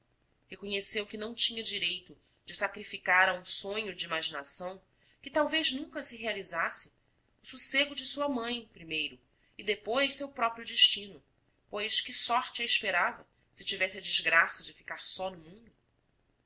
reconheceu que não tinha direito de sacrificar a um sonho de imaginação que talvez nunca se realizasse o sossego de sua mãe primeiro e depois seu próprio destino pois que sorte a esperava se tivesse a desgraça de ficar só no mundo